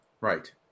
Right